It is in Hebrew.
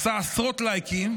עשה עשרות לייקים,